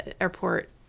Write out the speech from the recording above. airport